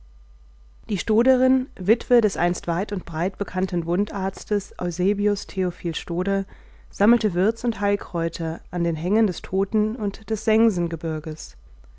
die stoderin witwe des einst weit und breit bekannten wundarztes eusebius theophil stoder sammelte würz und heilkräuter an den hängen des toten und des